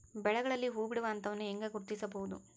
ಬೆಳೆಗಳಲ್ಲಿ ಹೂಬಿಡುವ ಹಂತವನ್ನು ಹೆಂಗ ಗುರ್ತಿಸಬೊದು?